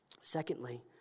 Secondly